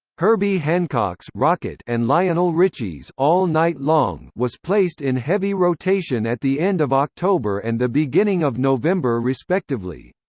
herbie hancock's rockit and lionel richie's all night long was placed in heavy rotation at the end of october and the beginning of november respectively.